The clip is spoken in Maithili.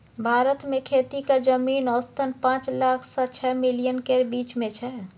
भारत मे खेतीक जमीन औसतन पाँच लाख सँ छअ मिलियन केर बीच मे छै